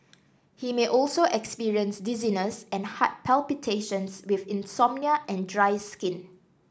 he may also experience dizziness and heart palpitations with insomnia and dry skin